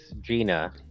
gina